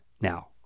now